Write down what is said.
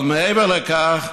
אבל מעבר לכך,